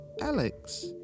Alex